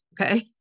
Okay